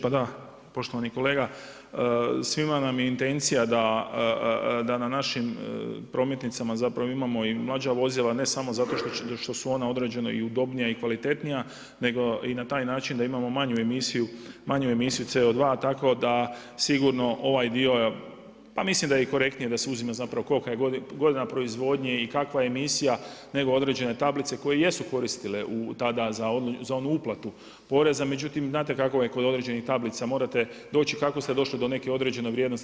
Pa da, poštovani kolega, svima nam je intencija, da na našim prometnicama, zapravo imamo i mlađa vozila, ne samo zato što su ona određena, udobnija i kvalitetnija, nego i na taj način i da imamo manju emisiju CO2, tako da sigurno ovaj dio, pa mislim i da je korektnije da se uzme, zapravo, kolika je godina proizvodnje i kakva je emisija nego određene tablice koje jesu koristile tada za onu uplatu poreza, međutim znate kako je kod određenih tablica, morate doći kako ste došli do neke određene vrijednosti.